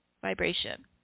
vibration